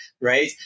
Right